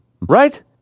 Right